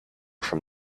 from